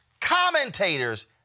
commentators